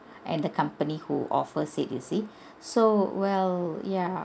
and the company who offers it you see so well ya